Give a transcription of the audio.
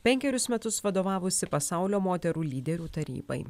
penkerius metus vadovavusi pasaulio moterų lyderių tarybai